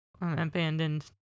abandoned